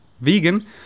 vegan